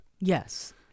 Yes